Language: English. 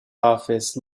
office